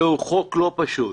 זהו חוק לא פשוט,